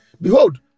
behold